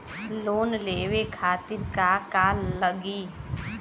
Loan लेवे खातीर का का लगी?